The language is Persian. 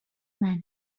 منه